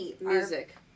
music